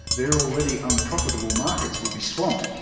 their already unprofitable markets will be swamped.